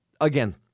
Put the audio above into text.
again